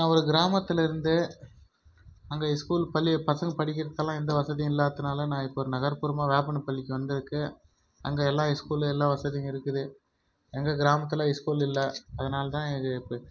நான் ஒரு கிராமத்தில் இருந்தேன் அங்கே ஸ்கூல் பள்ளி பசங்கள் படிக்கிறதுக்கெலாம் எந்த வசதியும் இல்லாததுனால நான் இப்போ நகர்புறமாக வேப்பனபள்ளிக்கு வந்திருக்கேன் அங்கே எல்லா இஸ்கூலு எல்லாம் இருக்குது எங்கள் கிராமத்தில் இஸ்கூலு இல்லை அதனால் தான் இப்போ